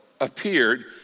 appeared